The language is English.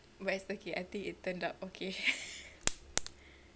but it's okay I think it turned out okay